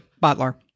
Butler